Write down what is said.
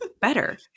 better